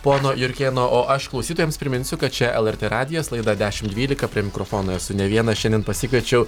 pono jurkėno o aš klausytojams priminsiu kad čia lrt radijas laida dešim dvylika prie mikrofono esu ne vienas šiandien pasikviečiau